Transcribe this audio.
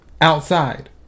outside